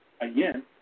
again